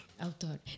Autor